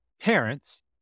Parents